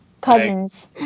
Cousins